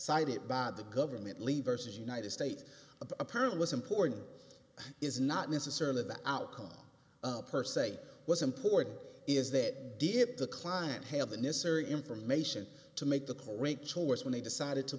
side it by the government leave versus united states of apparent was important is not necessarily the outcome per se what's important is that dip the client have the necessary information to make the correct choice when they decided to